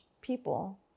people